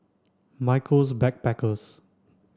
Michaels Backpackers